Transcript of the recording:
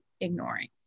ignoring